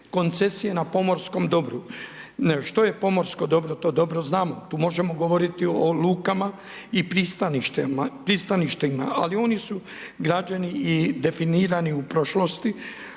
koncesije na pomorskom dobru. Što je pomorsko dobro, to dobro znamo, tu možemo govoriti o lukama i pristaništima. Ali oni su građeni i definirani u prošlosti,